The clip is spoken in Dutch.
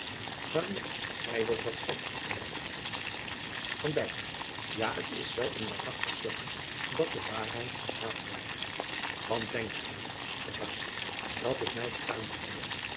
ij wordt wat scherp a t is wel een waarachtig zeggen dat de waarheid haat baart ant denkt gij ruid dat het mij betamen zou